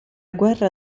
guerra